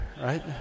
right